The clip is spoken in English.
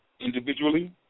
individually